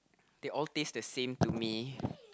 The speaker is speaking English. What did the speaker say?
they all taste the same to me